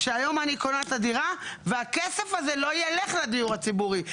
שהיום אני קונה את הדירה והכסף הזה לא יילך לדיור הציבורי,